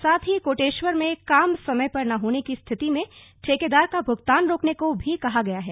साथ ही कोटेश्वर में काम समय पर न होने की स्थिति में ठेकेदार का भुगतान रोकने को भी कहा गया है